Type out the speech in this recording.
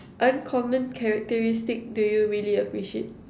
uncommon characteristic do you really appreciate